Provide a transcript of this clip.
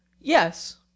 yes